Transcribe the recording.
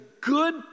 good